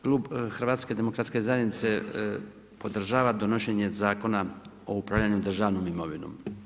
Klub HDZ-a podržava donošenje Zakona o upravljanju državnom imovinom.